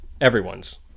Everyone's